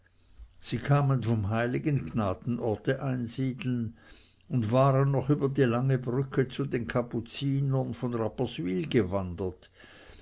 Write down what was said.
sie kamen vom heiligen gnadenort einsiedeln und waren noch über die lange brücke zu den kapuzinern von rapperswyl gewandert